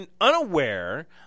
unaware